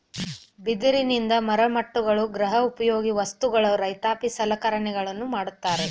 ಬಿದಿರಿನಿಂದ ಮರಮುಟ್ಟುಗಳು, ಗೃಹ ಉಪಯೋಗಿ ವಸ್ತುಗಳು, ರೈತಾಪಿ ಸಲಕರಣೆಗಳನ್ನು ಮಾಡತ್ತರೆ